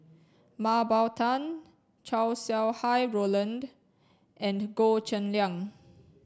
Mah Bow Tan Chow Sau Hai Roland and Goh Cheng Liang